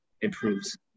improves